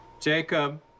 Jacob